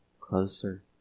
closer